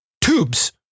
Tubes